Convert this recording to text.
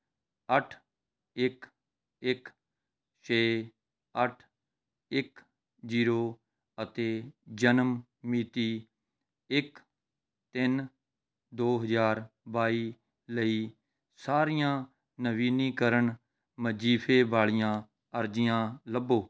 ਅੱਠ ਇੱਕ ਇੱਕ ਛੇ ਅੱਠ ਇੱਕ ਜੀਰੋ ਅਤੇ ਜਨਮ ਮਿਤੀ ਇੱਕ ਤਿੰਨ ਦੋ ਹਜ਼ਾਰ ਬਾਈ ਲਈ ਸਾਰੀਆਂ ਨਵੀਨੀਕਰਨ ਵਜ਼ੀਫੇ ਵਾਲੀਆਂ ਅਰਜ਼ੀਆਂ ਲੱਭੋ